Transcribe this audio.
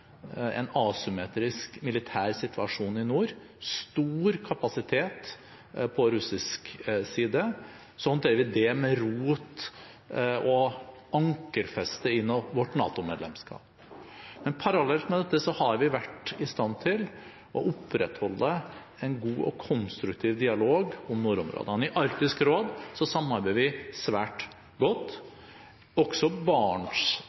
en asymmetrisk militær situasjon i nord, stor kapasitet på russisk side, håndterer vi det med rot- og ankerfeste i vårt NATO-medlemskap. Men parallelt med dette har vi vært i stand til å opprettholde en god og konstruktiv dialog om nordområdene. I Arktisk råd samarbeider vi svært